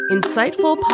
Insightful